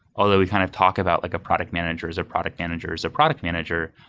although we kind of talk about like a product manager is a product manager is a product manager.